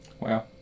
Wow